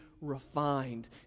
refined